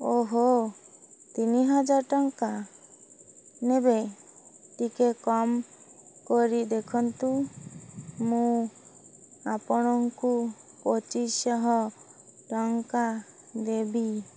ଓହୋ ତିନି ହଜାର ଟଙ୍କା ନେବେ ଟିକି କମ୍ କରି ଦେଖନ୍ତୁ ମୁଁ ଆପଣଙ୍କୁ ପଚିଶି ଶହ ଟଙ୍କା ଦେବି